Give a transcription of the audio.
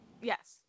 Yes